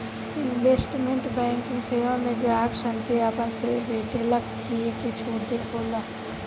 investment banking सेवा में ग्राहक सन के आपन शेयर बेचे आ किने के छूट होला